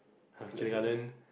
kindergarten